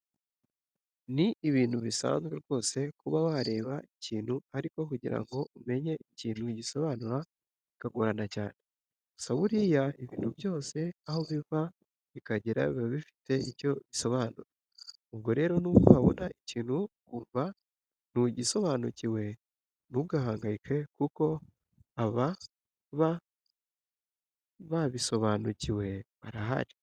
Ni ibintu bisanzwe rwose kuba wareba ikintu ariko kugira ngo umenye ikintu gisobanura bikagorana cyane. Gusa buriya ibintu byose aho biva bikagera biba bifite ibyo bisobanura. Ubwo rero nubwo wabona ikintu ukumva ntugisobanukiwe, ntugahangayike kuko ababa babisobanukiwe barahari.